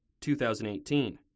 2018